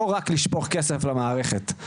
לא רק לשפוך כסף למערכת,